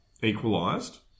equalised